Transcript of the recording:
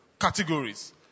categories